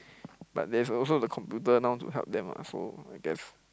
but there's also the computer now to help them ah so I guess